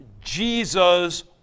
Jesus